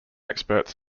experts